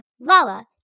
Lala